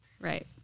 Right